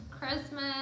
christmas